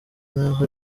nkaho